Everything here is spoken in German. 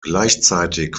gleichzeitig